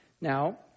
Now